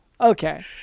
Okay